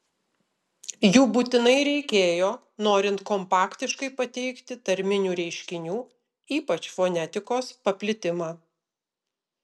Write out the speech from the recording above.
jų būtinai reikėjo norint kompaktiškai pateikti tarminių reiškinių ypač fonetikos paplitimą